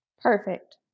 Perfect